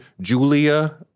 Julia